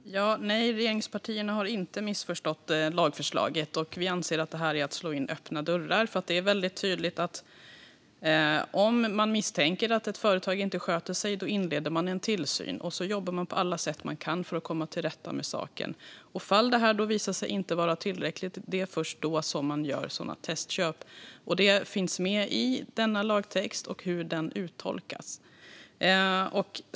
Fru talman! Nej, regeringspartierna har inte missförstått lagförslaget. Vi anser att det här är att slå in öppna dörrar. Det är tydligt att om man misstänker att ett företag inte sköter sig inleder man en tillsyn och jobbar på alla sätt man kan för att komma till rätta med saken. Det är först om detta inte visar sig vara tillräckligt som man gör testköp. Det finns med i lagtexten och hur den uttolkas.